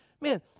man